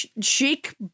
chic